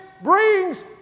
brings